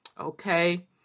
okay